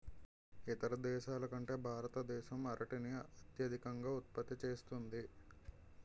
ఇతర దేశాల కంటే భారతదేశం అరటిని అత్యధికంగా ఉత్పత్తి చేస్తుంది